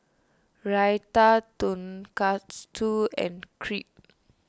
Raita Tonkatsu and Crepe